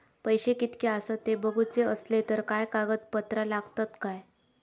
पैशे कीतके आसत ते बघुचे असले तर काय कागद पत्रा लागतात काय?